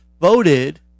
voted